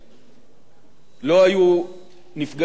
לא היו נפגעים בצד הישראלי,